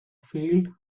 fields